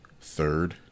third